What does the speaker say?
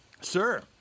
Sir